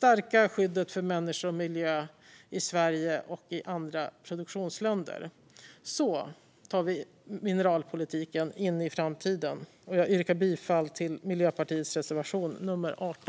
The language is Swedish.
för att skyddet för människor och miljö ska stärkas i Sverige och i andra produktionsländer. Så tar vi mineralpolitiken in i framtiden. Jag yrkar bifall till Miljöpartiets reservation, nummer 18.